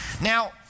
Now